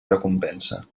recompensa